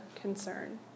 concern